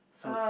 so